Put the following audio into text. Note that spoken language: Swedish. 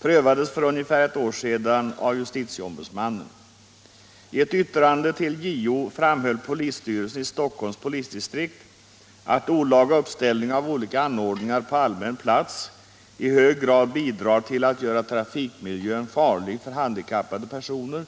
prövades för ungefär ett år sedan av justitieombudsmannen . I ett yttrande till JO framhöll polisstyrelsen i Stockholms polisdistrikt att olaga uppställning av olika anordningar på allmän plats i hög grad bidrar till att göra trafikmiljön farlig för handikappade personer